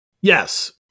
Yes